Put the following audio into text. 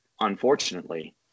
unfortunately